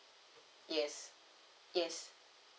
yes yes